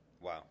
Wow